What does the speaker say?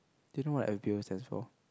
do you know what F_B_O stands for